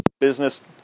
business